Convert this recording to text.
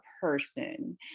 person